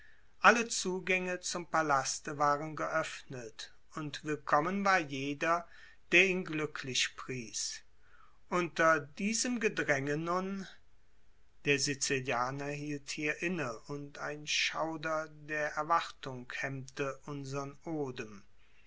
alle zugänge zum palaste waren geöffnet und willkommen war jeder der ihn glücklich pries unter diesem gedränge nun der sizilianer hielt hier inne und ein schauder der erwartung hemmte unsern odem